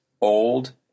old